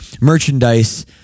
merchandise